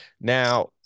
now